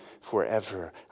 forever